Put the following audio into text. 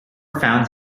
found